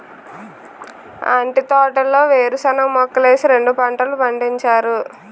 అంటి తోటలో వేరుశనగ మొక్కలేసి రెండు పంటలు పండించారు